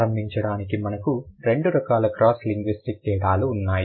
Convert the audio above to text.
ప్రారంభించడానికి మనకు రెండు రకాల క్రాస్ లింగ్విస్టిక్ తేడాలు ఉన్నాయి